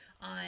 on